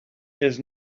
his